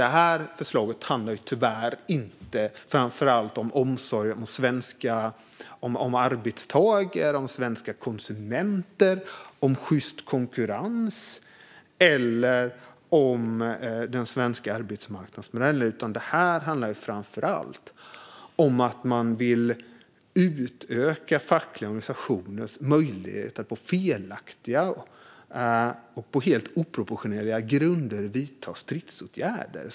Det här förslaget handlar tyvärr inte främst om omsorg om arbetstagare och svenska konsumenter, om sjyst konkurrens eller den svenska arbetsmarknadsmodellen. Det här handlar framför allt om att utöka fackliga organisationers möjlighet att på felaktiga och oproportionerliga grunder vidta stridsåtgärder.